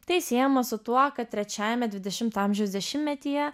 tai siejama su tuo kad trečiajame dvidešimto amžiaus dešimtmetyje